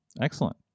excellent